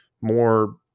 more